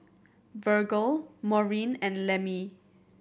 Virgle Maureen and Lemmie